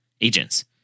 agents